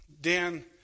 Dan